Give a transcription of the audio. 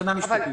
מבחינה משפטית.